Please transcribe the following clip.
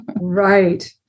Right